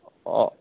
অঁ